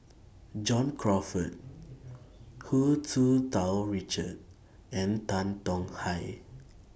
John Crawfurd Hu Tsu Tau Richard and Tan Tong Hye